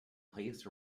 placed